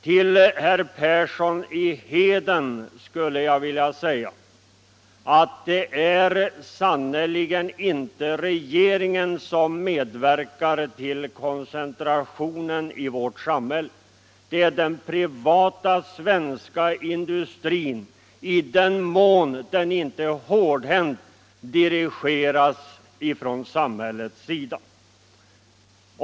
Till herr Persson i Heden skulle jag vilja säga att det sannerligen inte är regeringen som medverkar till koncentrationen av industriutbyggnaden i vårt land. Det är den privata svenska industrin, såvida den inte hårdhänt dirigeras från samhällets sida.